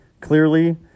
clearly